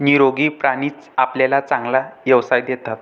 निरोगी प्राणीच आपल्याला चांगला व्यवसाय देतात